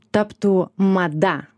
taptų mada